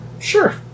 Sure